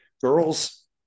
Girls